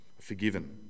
forgiven